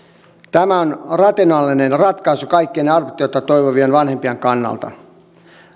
tämä on rationaalinen ratkaisu kaikkien adoptiota toivovien vanhempien kannalta